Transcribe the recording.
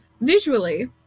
visually